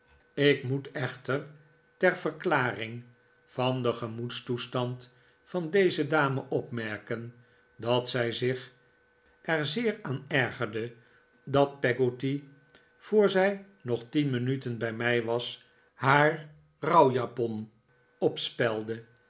ik moet echter ter vexklaring david copperfield van den gemoedstoestand van deze dame opmerken dat zij zich er zeer aan ergerde dat peggotty voor zij nog tien minuten bij mij was haar rouwjapon opspelde